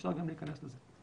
אפשר גם להיכנס לזה.